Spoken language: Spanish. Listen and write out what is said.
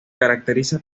caracteriza